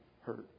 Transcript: hurt